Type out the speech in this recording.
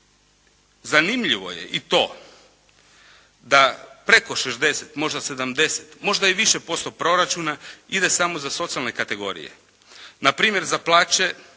Zanimljivo je i to da preko 60, možda 70, možda i više posto proračuna ide samo za socijalne kategorije. Npr. za plaće,